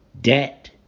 debt